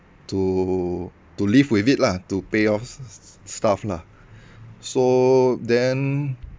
to to live with it lah to pay off s~ stuff lah so then